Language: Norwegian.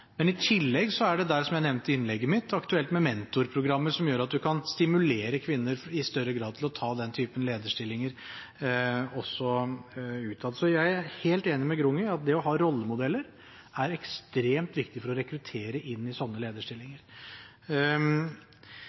I tillegg er det – som jeg nevnte i innlegget mitt – aktuelt med mentorprogrammer, som gjør at man i større grad kan stimulere kvinner til å ta den typen lederstillinger også utad. Så jeg er helt enig med Grung i at det å ha rollemodeller er ekstremt viktig for å rekruttere til slike lederstillinger.